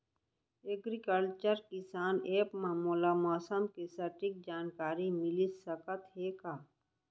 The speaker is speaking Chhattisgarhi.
एग्रीकल्चर किसान एप मा मोला मौसम के सटीक जानकारी मिलिस सकत हे का?